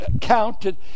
counted